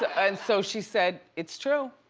and so she said, it's true.